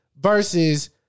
Versus